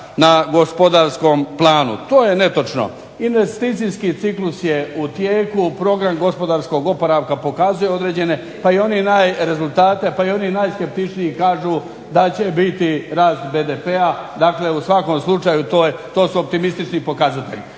na gospodarskom planu. To je netočno. Investicijski ciklus je u tijeku, program gospodarskog oporavka pokazuje određene rezultate, pa i oni najskeptičniji kažu da će biti rast BDP-a, dakle u svakom slučaju to su optimistični pokazatelji.